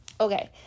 Okay